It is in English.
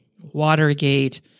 Watergate